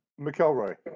McElroy